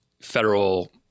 federal